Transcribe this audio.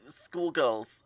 schoolgirls